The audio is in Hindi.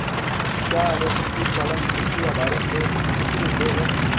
क्या रेशमकीट पालन कृषि आधारित एक कुटीर उद्योग है?